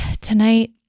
tonight